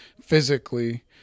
physically